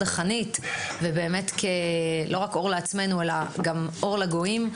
החנית ולא רק אור לעצמנו אלא גם אור לגויים,